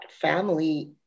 family